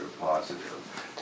positive